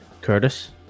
Curtis